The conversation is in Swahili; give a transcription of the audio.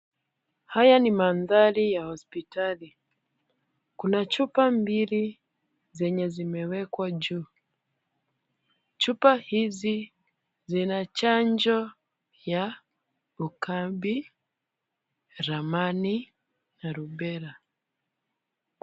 Haya ni mandhari ya hospitali, kuna chupa mbili zenye zimewekwa juu. Chupa hizi zina chanjo ya ukambi, ramani na rubela.